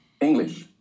English